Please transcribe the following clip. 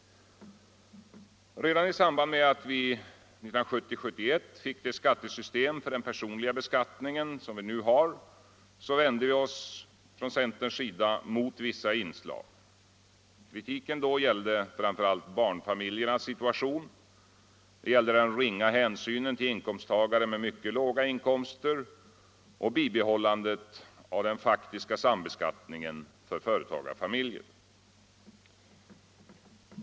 Redan i samband med att vi 1970/71 fick det skattesystem för den personliga beskattningen som vi nu har vände vi i centern oss mot vissa inslag. Kritiken gällde framför allt barnfamiljernas situation, den ringa hänsynen till inkomsttagare med mycket låga inkomster och bibehållandet av den faktiska sambeskattningen för företagarfamiljer.